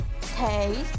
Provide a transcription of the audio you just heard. taste